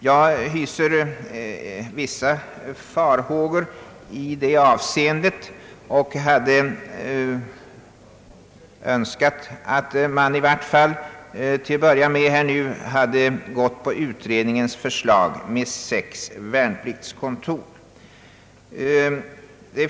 Jag hyser vissa farhågor i det avseendet och hade önskat att man i varje fall till att börja med hade gått på utredningens förslag med sex värnpliktskontor.